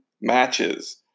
matches